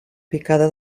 picada